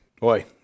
Boy